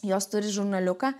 jos turi žurnaliuką